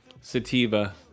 sativa